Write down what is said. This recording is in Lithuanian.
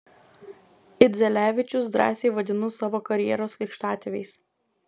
idzelevičius drąsiai vadinu savo karjeros krikštatėviais